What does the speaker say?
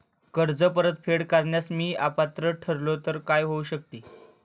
कर्ज परतफेड करण्यास मी अपात्र ठरलो तर काय होऊ शकते?